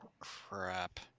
Crap